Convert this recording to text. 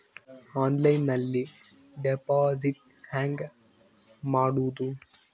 ಆನ್ಲೈನ್ನಲ್ಲಿ ಡೆಪಾಜಿಟ್ ಹೆಂಗ್ ಮಾಡುದು?